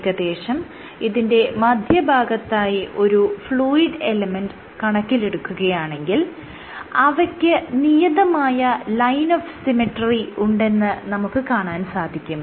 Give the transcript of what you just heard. ഏകദേശം ഇതിന്റെ മധ്യഭാഗത്തായി ഒരു ഫ്ലൂയിഡ് എലെമെൻറ് കണക്കിലെടുക്കുകയാണെങ്കിൽ അവയ്ക്ക് നിയതമായ ലൈൻ ഓഫ് സിമെട്രി ഉണ്ടെന്ന് നമുക്ക് കാണാൻ സാധിക്കും